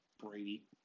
Brady